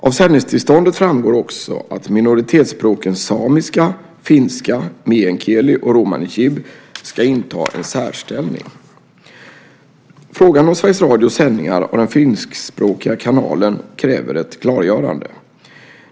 Av sändningstillståndet framgår också att minoritetsspråken samiska, finska, meänkieli och romani chib ska inta en särställning. Frågan om Sveriges Radios sändningar av den finskspråkiga kanalen kräver ett klargörande.